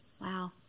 Wow